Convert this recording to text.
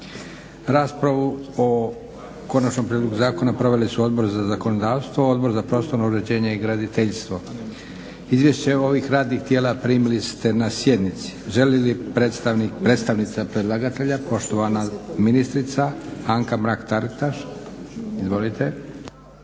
Raspravo o konačnom prijedlogu zakona proveli su Odbor za zakonodavstvo, Odbor za prostorno uređenje i graditeljstvo. Izvješće ovih radnih tijela primili ste na sjednici. Želi li predstavnica predlagatelja poštovana ministrica Anka Mrak Taritaš. Izvolite.